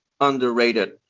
underrated